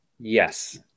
Yes